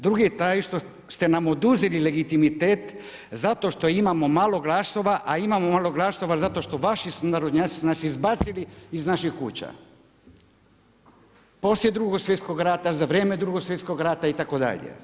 Drugi je taj što ste nam oduzeli legitimitet zato što imamo malo glasova, a imamo malo glasova zato što vaši sunarodnjaci su nas izbacili iz naših kuća, poslije Drugog svjetskog rata, za vrijeme Drugog svjetskog rata itd.